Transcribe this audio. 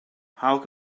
how